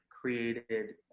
created